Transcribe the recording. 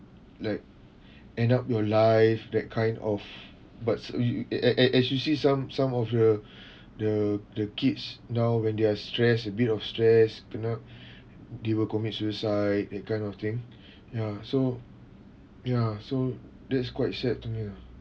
like end up your life that kind of buts you a~ a~ a~ as you see some some of the the the kids now when they are stress a bit of stress they will commit suicide that kind of thing ya so ya so that's quite sad to me ah